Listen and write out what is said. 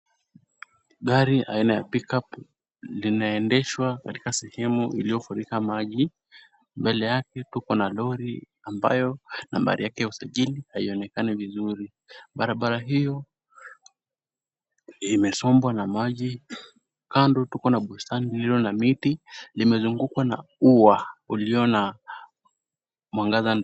Gari aina ya pickup linaendeshwa katika sehemu iliyofunika maji. Mbele yake tuko na lori, ambayo nambari yake ya usajili haionekanai vizuri. Barabara hiyo imesombwa na maji. Kando tuko na bustani ilio na miti, imezungukwa na ua ulio na mwangaza ndani.